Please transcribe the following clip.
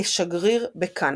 כשגריר בקנדה.